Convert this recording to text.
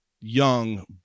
young